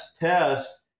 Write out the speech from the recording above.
test